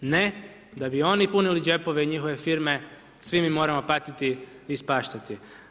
Ne, da bi oni punili džepove i njihove firme, svi mi moramo patiti i ispaštati.